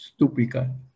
stupika